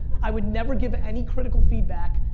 i would never give any critical feedback,